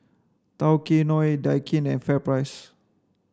Tao Kae Noi Daikin and FairPrice